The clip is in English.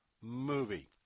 movie